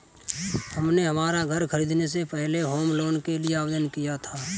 हमने हमारा घर खरीदने से पहले होम लोन के लिए आवेदन किया था